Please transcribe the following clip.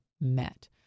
met